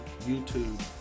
YouTube